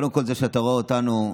היולדות, הנשים החלשות ביותר,